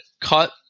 cut